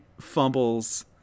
fumbles